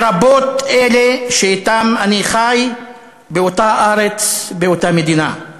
לרבות אלה שאתן אני חי באותה ארץ, באותה מדינה.